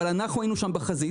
אבל אנחנו היינו שם בחזית.